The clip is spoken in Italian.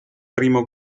primo